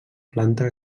planta